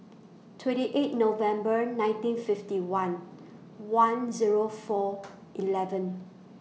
twenty eight November nineteen fifty one one Zero four eleven